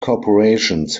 corporations